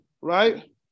right